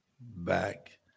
back